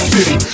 City